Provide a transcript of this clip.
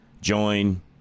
join